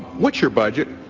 what's your budget?